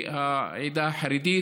לגבי העדה החרדית.